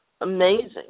amazing